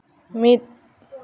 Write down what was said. ᱢᱤᱫ